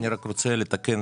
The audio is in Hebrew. מי בעד?